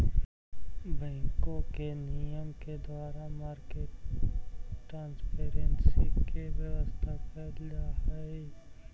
बैंकों के नियम के द्वारा मार्केट ट्रांसपेरेंसी के व्यवस्था कैल जा हइ